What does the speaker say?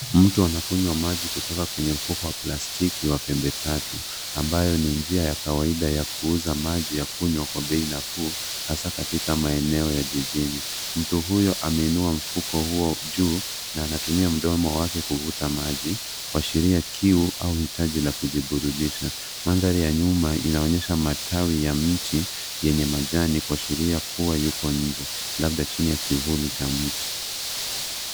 Mtu anakunywa maji kutoka kwenye mfuko wa plastiki wa pembe tatu ambayo ni njia ya kawaida ya kuuza maji ya kunywa kwa bei nafuu hasa katika maeneo ya jijini mtu huyo ameinua mfuko huo juu na anatumia mdomo wake kuvuta maji kuashiria kiu au hitaji la kujiburudisha mandhari ya nyuma inaonyesha matawi ya mti yenye majani kuashiria kuwa yuko nje labda chini ya kivuli cha mti.